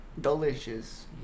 Delicious